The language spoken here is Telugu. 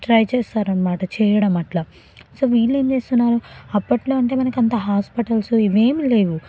ట్రై చేస్తారు అనమాట చేయడం అట్లా సో నేను ఏం చేస్తున్నా అప్పట్లో అంటే మనకు అంత హాస్పిటల్స్ ఇవేం లేవు